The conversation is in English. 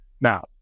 Now